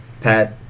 Pat